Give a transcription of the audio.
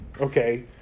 okay